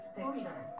Picture